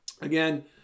Again